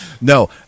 No